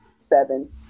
seven